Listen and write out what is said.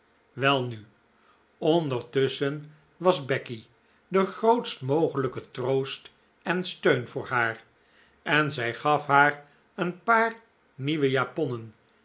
welnu ondertusschen was becky de grootst mogelijke troost en steun voor haar en zij gaf haar een paar nieuwe japonnen